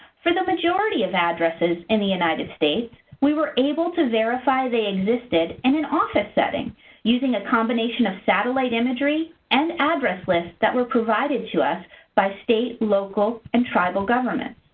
for the majority of addresses in the united states, we were able to verify they existed in and an office setting using a combination of satellite imagery and address lists that were provided to us by state, local and tribal governments.